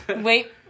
wait